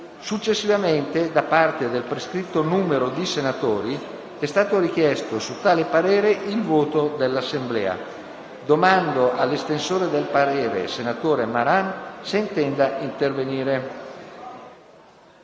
Successivamente, da parte del prescritto numero di senatori, è stato richiesto su tale parere il voto dell'Assemblea. Domando all'estensore del parere, senatore Maran, se intende intervenire.